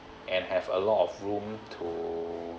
and have a lot of room to